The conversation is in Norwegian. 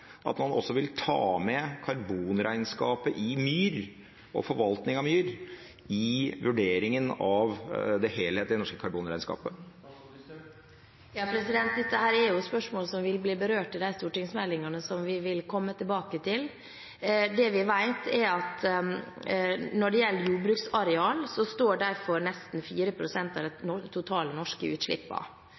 at man også vil ta med karbonregnskapet for myr og forvaltning av myr i vurderingen av det helhetlige norske karbonregnskapet? Dette er spørsmål som vil bli berørt i de stortingsmeldingene som vi vil komme tilbake til. Det vi vet, er at når det gjelder jordbruksareal, står de for nesten 4 pst. av de totale norske